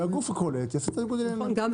שהגוף הקולט יעשה את ניגוד העניינים.